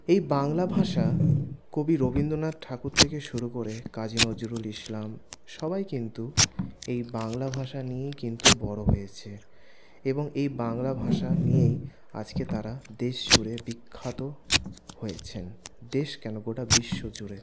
এই বাংলা ভাষা কবি রবীন্দ্রনাথ ঠাকুর থেকে শুরু করে কাজী নজরুল ইসলাম সবাই কিন্তু এই বাংলা ভাষা নিয়েই কিন্তু বড় হয়েছে এবং এই বাংলা ভাষা নিয়েই আজকে তাঁরা দেশ জুড়ে বিখ্যাত হয়েছেন দেশ কেন গোটা বিশ্ব জুড়ে